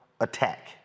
attack